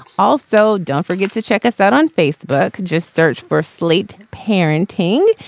also, don't forget to check us out on facebook. just search for slate parenting.